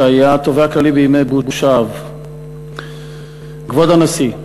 שהיה התובע הכללי בימי בוש האב: כבוד הנשיא,